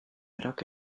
berak